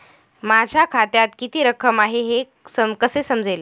माझ्या खात्यात किती रक्कम आहे हे कसे समजेल?